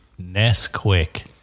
Nesquick